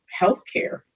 healthcare